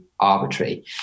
arbitrary